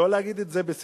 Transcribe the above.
לא להגיד את זה בססמאות.